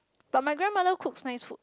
but my grandmother cooks nice food